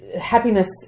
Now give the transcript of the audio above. happiness